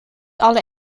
alle